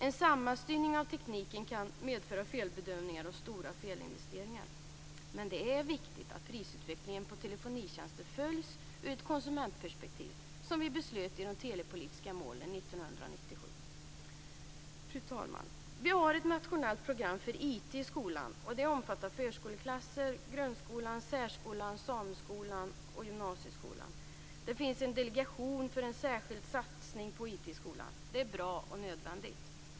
En samhällsstyrning av tekniken kan medföra felbedömningar och stora felinvesteringar. Det är viktigt att prisutvecklingen på telefonitjänster följs ur ett konsumentperspektiv - som vi beslöt i samband med de telepolitiska målen 1997. Fru talman! Vi har ett nationellt program för IT i skolan. Det omfattar förskoleklasser, grundskolan, särskolan, sameskolan och gymnasieskolan. Det finns en delegation för en särskild satsning på IT i skolan. Det är bra och nödvändigt.